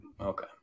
Okay